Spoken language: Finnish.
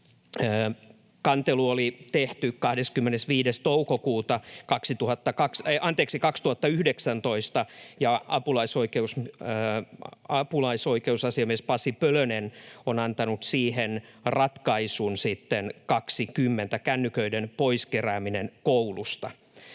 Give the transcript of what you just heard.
Kantelu oli tehty 25.5.2019, ja apulaisoikeusasiamies Pasi Pölönen on antanut siihen vuonna 2020 ratkaisun ”Kännyköiden poiskerääminen koulussa”.